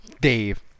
Dave